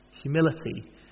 Humility